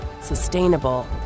sustainable